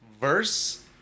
verse